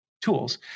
tools